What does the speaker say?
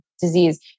disease